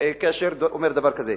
כאשר הוא אומר דבר כזה?